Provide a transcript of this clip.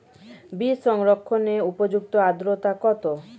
বীজ সংরক্ষণের উপযুক্ত আদ্রতা কত?